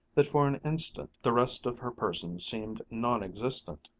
that for an instant the rest of her person seemed non-existent.